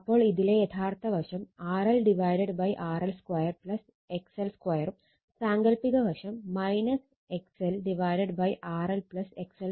അപ്പോൾ ഇതിലെ യഥാർത്ഥ വശം RLRL2 XL 2 ഉം സാങ്കൽപ്പിക വശം XLRL XL2